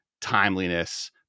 timeliness